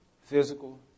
physical